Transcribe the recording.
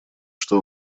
что